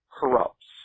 corrupts